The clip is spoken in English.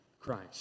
Christ